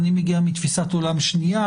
אני מגיע מתפיסת עולם שנייה.